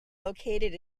located